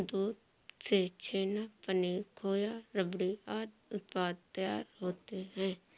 दूध से छेना, पनीर, खोआ, रबड़ी आदि उत्पाद तैयार होते हैं